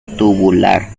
tubular